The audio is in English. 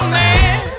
man